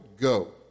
go